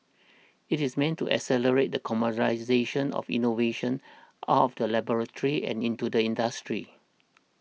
it is meant to accelerate the commercialisation of innovations out of the laboratory and into the industry